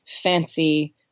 fancy